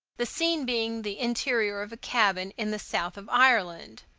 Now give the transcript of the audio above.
the scene being the interior of a cabin in the south of ireland.